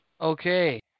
Okay